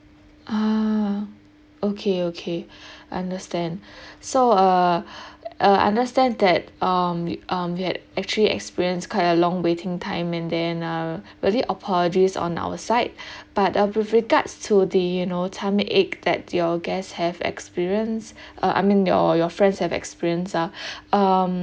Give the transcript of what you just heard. ah okay okay I understand so uh I understand that um um you had actually experienced quite a long waiting time and then uh really apologies on our side but uh with regards to the you know tummy ache that your guest have experienced uh I mean your your friends have experienced ah um